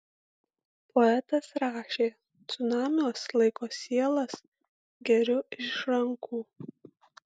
poetas rašė cunamiuos laiko sielas geriu iš rankų